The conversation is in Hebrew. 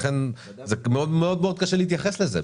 לכן זה מאוד מאוד קשה להתייחס לזה,